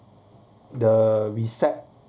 the recep~